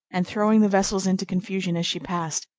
and throwing the vessels into confusion as she passed,